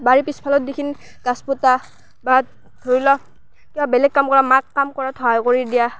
বাৰীৰ পিছফালত দেখোন গছ পোতা বা ধৰি লোৱা কিবা বেলেগ কাম কৰা মাক কাম কৰাত সহায় কৰি দিয়া